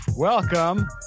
Welcome